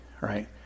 right